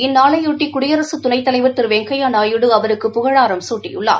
இந்நாளையொட்டி குடியரசு துணைத்தலைவா் திரு வெங்கையா நாயுடு அவருக்கு புகழாரம் சூட்டியுள்ளார்